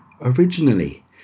Originally